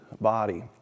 body